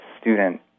student